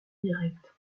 directe